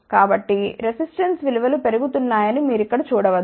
కాబట్టి రెసిస్టెన్స్ విలువలు పెరుగుతున్నాయని మీరు ఇక్కడ చూడ వచ్చు